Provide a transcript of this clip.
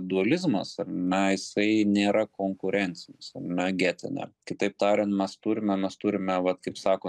dualizmas ar ne jisai nėra konkurencinis ar ne getene kitaip tariant mes turime mes turime vat kaip sako